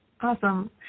Awesome